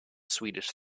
swedish